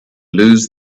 lose